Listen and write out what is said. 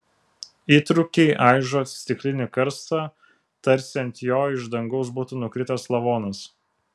įtrūkiai aižo stiklinį karstą tarsi ant jo iš dangaus būtų nukritęs lavonas